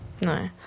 No